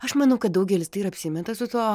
aš manau kad daugelis tai ir apsimeta su tuo